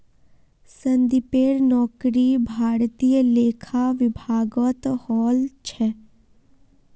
संदीपेर नौकरी भारतीय लेखा विभागत हल छ